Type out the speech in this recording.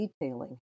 detailing